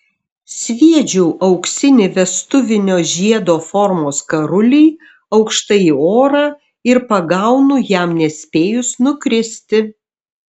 sviedžiu auksinį vestuvinio žiedo formos karulį aukštai į orą ir pagaunu jam nespėjus nukristi